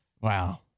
Wow